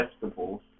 vegetables